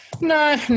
No